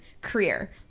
career